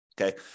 Okay